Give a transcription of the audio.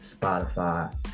Spotify